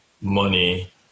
money